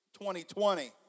2020